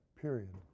period